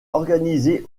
organisé